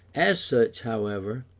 as such, however,